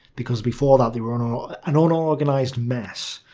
because before that they were. and um an unorganised mess.